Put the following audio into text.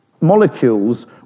molecules